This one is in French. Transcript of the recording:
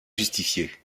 justifiée